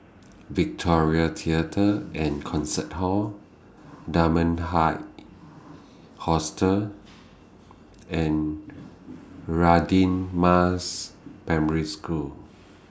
Victoria Theatre and Concert Hall Dunman High Hostel and Radin Mas Primary School